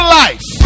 life